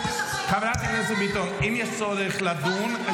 אם יש צורך לדון,